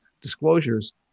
disclosures